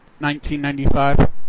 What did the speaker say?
1995